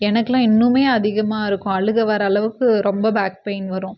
எனக்கெல்லாம் இன்னுமே அதிகமாக இருக்கும் அழுக வர்ற அளவுக்கு ரொம்ப பேக் பெய்ன் வரும்